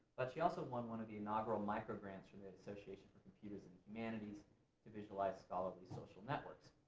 but she also won one of the inaugural microgrants from the association for computers humanities to visualize scholarly social networks.